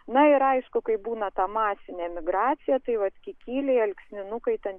na ir aišku kai būna ta masinė migracija tai vat kikiliai alksninukai ten